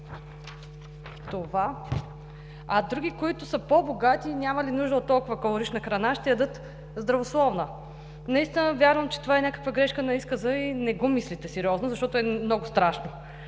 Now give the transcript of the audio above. а други, които са по богати, нямали нужди от толкова калорична храна – ще ядат здравословна. Вярвам, че това е някаква грешка на изказа и не го мислите сериозно, защото е много страшно.